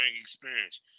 experience